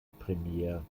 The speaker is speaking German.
premier